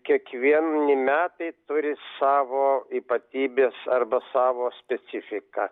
kiekvieni metai turi savo ypatybes arba savo specifiką